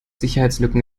sicherheitslücken